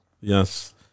Yes